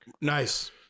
Nice